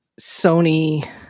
Sony